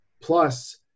plus